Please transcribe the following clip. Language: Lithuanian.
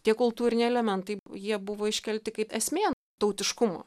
tie kultūriniai elementai jie buvo iškelti kaip esmė tautiškumo